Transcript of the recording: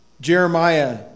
Jeremiah